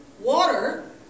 water